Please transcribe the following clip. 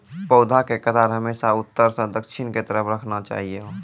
पौधा के कतार हमेशा उत्तर सं दक्षिण के तरफ राखना चाहियो